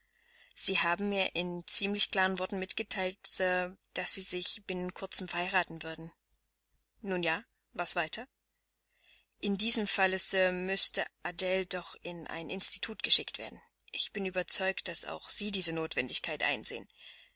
sie haben mir in ziemlich klaren worten mitgeteilt sir daß sie sich binnen kurzem verheiraten werden nun ja was weiter in diesem falle sir müßte adele doch in ein institut geschickt werden ich bin überzeugt daß auch sie diese notwendigkeit einsehen